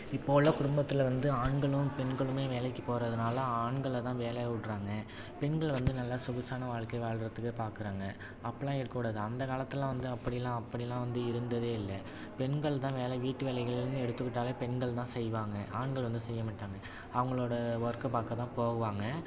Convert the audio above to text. இப்போ உள்ள குடும்பத்தில் வந்து ஆண்களும் பெண்களுமே வேலைக்கு போகிறதுனால ஆண்களை தான் வேலைய விட்றாங்க பெண்கள் வந்து நல்லா சொகுசான வாழ்க்கை வாழ்றத்துக்கே பார்க்குறாங்க அப்படிலாம் இருக்கக்கூடாது அந்த காலத்துலெல்லாம் வந்து அப்படில்லாம் அப்படில்லாம் வந்து இருந்ததே இல்லை பெண்கள் தான் வேலை வீட்டு வேலைகள்னு எடுத்துக்கிட்டாலே பெண்கள் தான் செய்வாங்க ஆண்கள் வந்து செய்ய மாட்டாங்க அவர்களோட ஒர்க்கை பார்க்க தான் போவாங்க